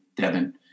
Devin